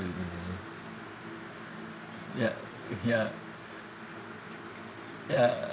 ya ya ya